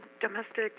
domestic